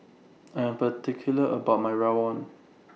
I Am particular about My Rawon